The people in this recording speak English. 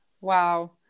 Wow